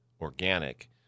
organic